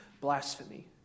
blasphemy